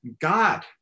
God